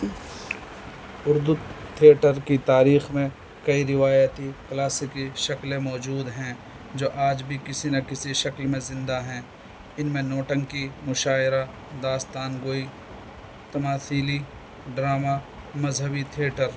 Urdu theatre کی تاریخ میں کئی روایتی کلاسکی شکلیں موجود ہیں جو آج بھی کسی نہ کسی شکل میں زندہ ہیں ان میں نوٹنکی مشاعرہ داستان گوئی تمثیلی ڈرامہ مذہبی تھیٹر